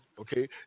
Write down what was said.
okay